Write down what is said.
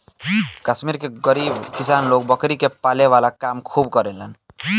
कश्मीर के गरीब किसान लोग बकरी के पाले वाला काम खूब करेलेन